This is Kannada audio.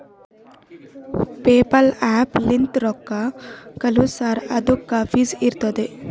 ಪೇಪಲ್ ಆ್ಯಪ್ ಲಿಂತ್ ರೊಕ್ಕಾ ಕಳ್ಸುರ್ ಅದುಕ್ಕ ಫೀಸ್ ಇರ್ತುದ್